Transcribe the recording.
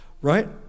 right